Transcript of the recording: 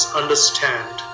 understand